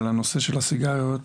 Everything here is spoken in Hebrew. על הנושא של הסיגריות,